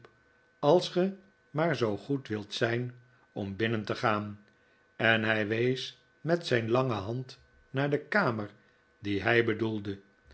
als ge maar zoo goed wilt zijn om binnen te gaan en hij wees met zijn lange hand naar de kamer die hij bedoelde